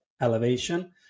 elevation